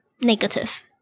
negative